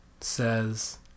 Says